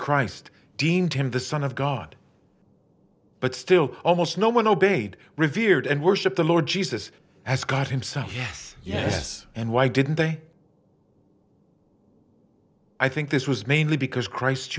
christ deemed him the son of god but still almost no one obeyed revered and worship the lord jesus as god himself yes yes and why didn't they i think this was mainly because christ